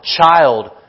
child